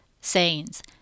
sayings